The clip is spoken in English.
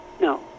no